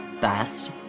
best